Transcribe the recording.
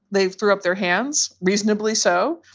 they threw up their hands reasonably so.